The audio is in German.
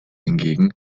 hingegen